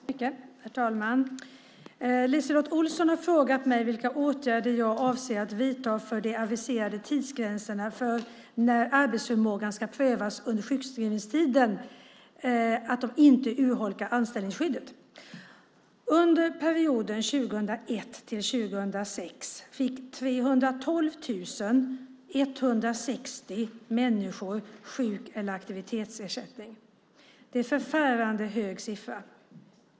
Herr talman! LiseLotte Olsson har frågat mig vilka åtgärder jag avser att vidta för att de aviserade tidsgränserna för när arbetsförmågan ska prövas under sjukskrivningstiden inte ska urholka anställningsskyddet. Under perioden 2001-2006 fick 312 160 människor sjuk och aktivitetsersättning. Det är en förfärande hög siffra.